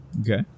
Okay